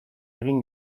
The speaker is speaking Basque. egin